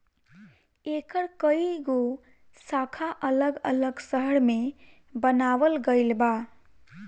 एकर कई गो शाखा अलग अलग शहर में बनावल गईल बा